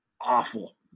awful